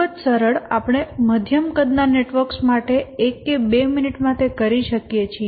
ખૂબ જ સરળ આપણે મધ્યમ કદના નેટવર્ક્સ માટે એક કે બે મિનિટમાં તે કરી શકીએ છીએ